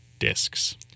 discs